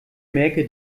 merke